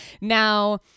Now